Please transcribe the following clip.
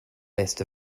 list